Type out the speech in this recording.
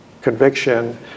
conviction